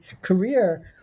career